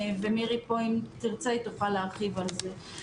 ומירי פה, אם תרצה, היא תוכל להרחיב על זה.